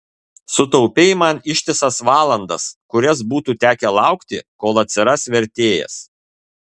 sutaupei man ištisas valandas kurias būtų tekę laukti kol atsiras vertėjas